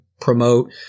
promote